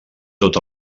tot